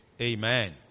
amen